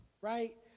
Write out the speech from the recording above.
Right